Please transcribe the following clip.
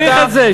לא צריך את זה,